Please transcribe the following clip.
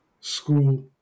school